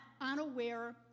unaware